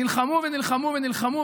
נלחמו ונלחמו ונלחמו.